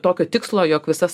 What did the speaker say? tokio tikslo jog visas